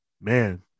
Man